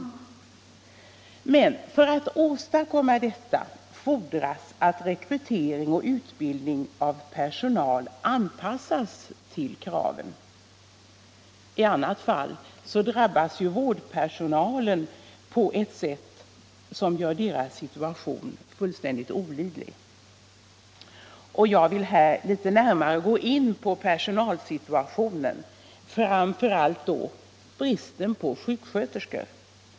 För att man skall kunna åstadkomma detta fordras att rekryteringen och utbildningen av personal anpassas till kraven. I annat fall drabbas vårdpersonalen på ett sätt som gör dess situation fullständigt olidlig. Jag vill här litet närmare gå in på personalsituationen, framför allt bristen på sjuksköterskor.